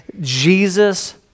Jesus